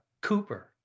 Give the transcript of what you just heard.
Cooper